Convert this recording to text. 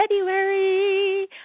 February